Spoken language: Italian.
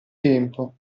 tempo